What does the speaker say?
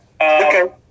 Okay